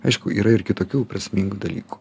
aišku yra ir kitokių prasmingų dalykų